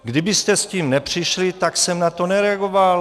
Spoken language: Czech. Kdybyste s tím nepřišli, tak jsem na to nereagoval.